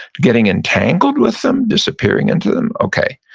getting entangled with them, disappearing into them? okay.